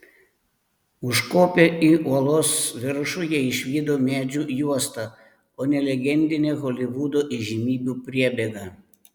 užkopę į uolos viršų jie išvydo medžių juostą o ne legendinę holivudo įžymybių priebėgą